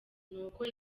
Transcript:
nuko